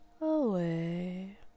away